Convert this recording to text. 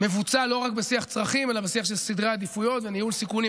מבוצע לא רק בשיח צרכים אלא בשיח של סדרי העדיפויות וניהול סיכונים.